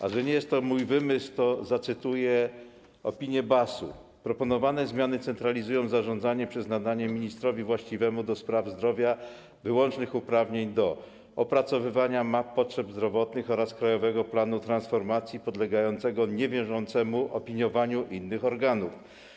A że nie jest to mój wymysł, to zacytuję opinię BAS-u: Proponowane zmiany centralizują zarządzanie przez nadanie ministrowi właściwemu do spraw zdrowia wyłącznych uprawnień do opracowywania map potrzeb zdrowotnych oraz krajowego planu transformacji podlegającego niebieżącemu opiniowaniu innych organów.